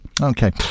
Okay